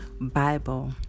Bible